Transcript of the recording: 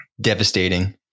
devastating